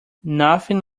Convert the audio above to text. nothing